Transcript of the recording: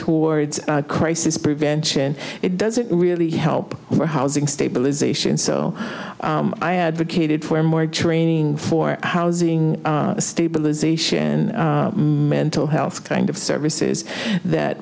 towards crisis prevention it doesn't really help for housing stabilization so i advocated for more training for housing stabilization mental health kind of services that